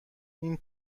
این